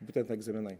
būtent egzaminai